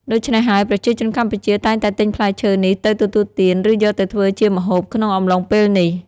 ដូច្នេះហើយ ប្រជាជនកម្ពុជាតែងតែទិញផ្លែឈើនេះទៅទទួលទាន ឬយកទៅធ្វើជាម្ហូបក្នុងអំឡុងពេលនេះ។